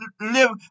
live